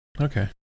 Okay